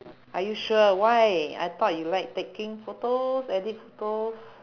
are you sure why I thought you like taking photos edit photos